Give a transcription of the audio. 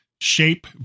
shape